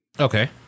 Okay